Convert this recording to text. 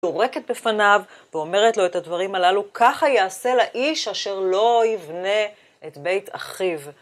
יורקת בפניו ואומרת לו את הדברים הללו, ככה יעשה לאיש אשר לא יבנה את בית אחיו.